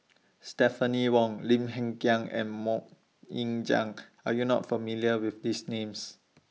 Stephanie Wong Lim Hng Kiang and Mok Ying Jang Are YOU not familiar with These Names